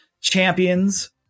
champions